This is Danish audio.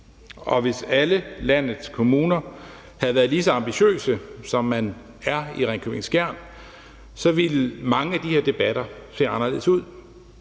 og hvis alle landets kommuner havde været lige så ambitiøse, som man er i Ringkøbing-Skjern, ville mange af de her debatter se anderledes ud.